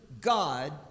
God